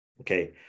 okay